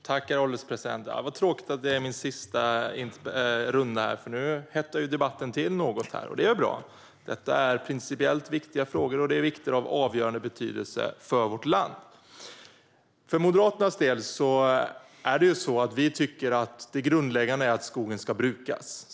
Herr ålderspresident! Vad tråkigt att det är min sista debattrunda, för nu hettar debatten till något! Det är bra, för detta är principiellt viktiga frågor som är av avgörande betydelse för vårt land. Moderaterna tycker att det grundläggande är att skogen ska brukas.